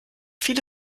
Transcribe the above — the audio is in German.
viele